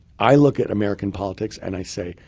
i look at american politics and i say,